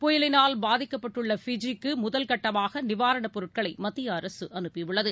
புயலினால் பாதிக்கப்பட்டுள்ள பிஜி க்கு முதல்கட்டமாக நிவாரணப் பொருட்களை மத்திய அரசு அனுப்பியுள்ளது